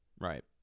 Right